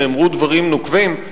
נאמרו דברים נוקבים,